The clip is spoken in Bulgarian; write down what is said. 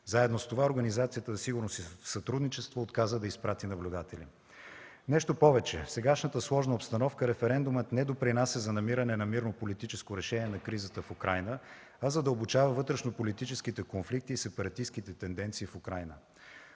Заедно с това Организацията за сигурност и сътрудничество отказа да изпрати наблюдатели. Нещо повече: в сегашната сложна обстановка, референдумът не допринася за намиране на мирно политическо решение на кризата в Украйна, а задълбочава вътрешно-политическите конфликти и сепаратистките тенденции в Украйна.